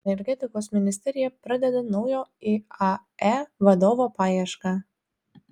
energetikos ministerija pradeda naujo iae vadovo paiešką